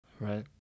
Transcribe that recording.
right